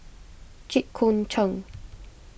Jit Koon Ch'ng